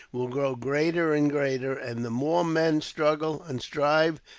will grow greater and greater and the more men struggle and strive,